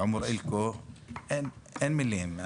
אין מילים.